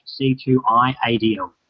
C2IADL